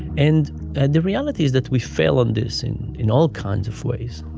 and and the reality is that we fail on this in in all kinds of ways.